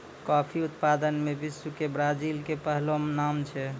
coffee उत्पादन मॅ विश्व मॅ ब्राजील के पहलो नाम छै